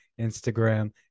Instagram